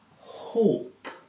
hope